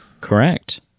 Correct